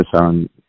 on